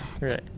right